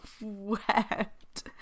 wept